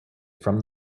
from